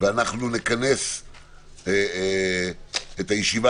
ואנחנו נכנס את הישיבה